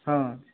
ହଁ